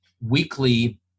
weekly